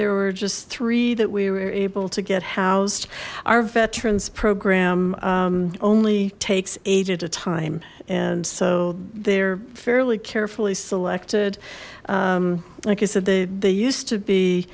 there were just three that we were able to get housed our veterans program only takes eight at a time and so they're fairly carefully selected like i said they used to be